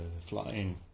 flying